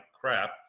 crap